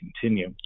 continue